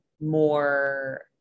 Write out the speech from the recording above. more